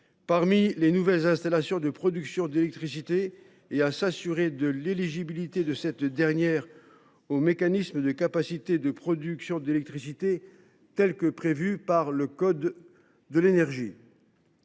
parmi les nouvelles installations de production d’électricité et à s’assurer de l’éligibilité de celles ci au mécanisme de capacité de production d’électricité, prévu par le code de l’énergie.